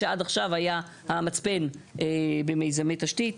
שעד עכשיו היה מצפן במיזמי תשתית.